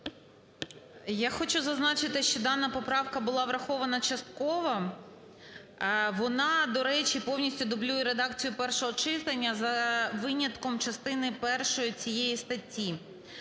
Я хочу зазначити, що дана поправка була врахована частково. Вона, до речі, повністю дублює редакцію першого читання, за винятком частини першої цієї статті.